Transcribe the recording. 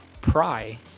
pry